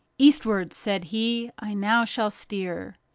eastward, said he, i now shall steer.